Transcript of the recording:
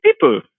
people